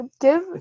give